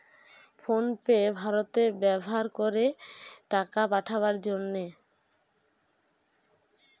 phone pay ভারতে ব্যাভার করে টাকা পাঠাবার জন্যে